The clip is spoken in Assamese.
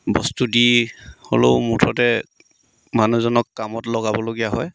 বস্তু দি হ'লেও মুঠতে মানুহজনক কামত লগাবলগীয়া হয়